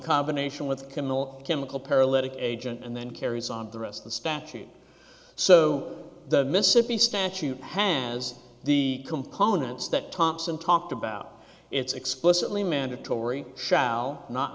combination with criminal chemical paralytic agent and then carries on the rest of the statute so the mississippi statute has the components that thompson talked about it's explicitly mandatory shall not